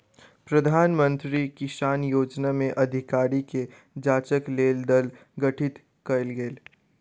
प्रधान मंत्री किसान योजना में अधिकारी के जांचक लेल दल गठित कयल गेल